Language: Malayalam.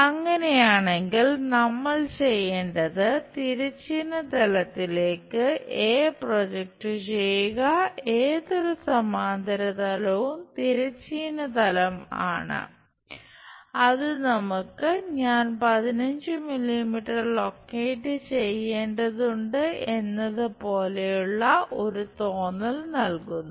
അങ്ങനെയാണെങ്കിൽ നമ്മൾ ചെയ്യേണ്ടത് തിരശ്ചീന തലത്തിലേക്ക് ചെയ്യേണ്ടതുണ്ട് എന്നത് പോലെയുള്ള ഒരു തോന്നൽ നൽകുന്നു